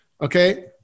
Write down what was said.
Okay